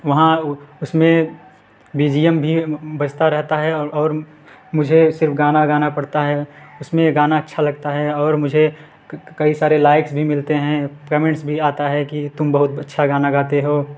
वहाँ उसमें B G M भी बजता रहता है और मुझे सिर्फ गाना गाना पड़ता है उसमें गाना अच्छा लगता है और मुझे क कई सारे लाइक्स भी मिलते हैं पेमेंट्स भी आता है कि तुम बहुत अच्छा गाना गाते हो